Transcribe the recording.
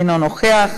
אינו נוכח,